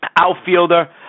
outfielder